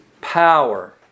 power